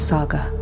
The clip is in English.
Saga